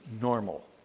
normal